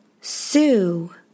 Sue